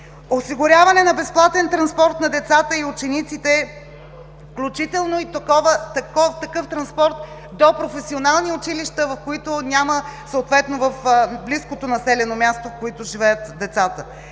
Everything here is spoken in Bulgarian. Осигуряване на безплатен транспорт на децата и учениците, включително и такъв транспорт до професионални училища, каквито няма в близкото населено място, в което живеят децата.